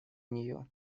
нее